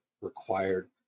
required